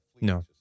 No